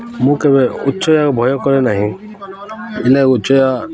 ମୁଁ କେବେ ଉଚ୍ଚୟ ଭୟ କରେ ନାହିଁ ହେଲେ ଉଚ୍ଚୟ